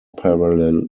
parallel